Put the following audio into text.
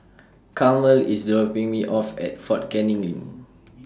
Carmel IS dropping Me off At Fort Canning LINK